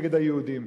נגד היהודים.